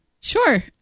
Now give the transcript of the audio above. Sure